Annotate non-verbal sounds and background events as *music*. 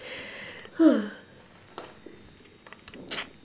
*noise*